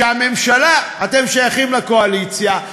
אתם שייכים לקואליציה,